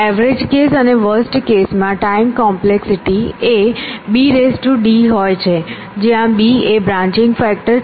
average case અને worst case માં time complexity એ b d હોય છે જ્યાં b એ બ્રાંન્ચિંગ ફેક્ટર છે